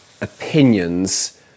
opinions